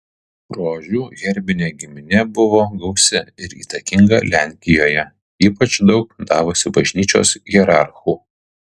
rožių herbinė giminė buvo gausi ir įtakinga lenkijoje ypač daug davusi bažnyčios hierarchų